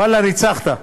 ואללה, ניצחת.